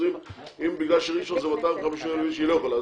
אז אם בגלל שראשון לציון זה 250 אלף שהיא לא יכולה,